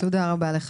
תודה רבה.